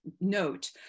note